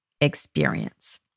experience